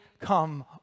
come